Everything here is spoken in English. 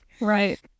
right